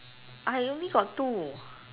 I only got two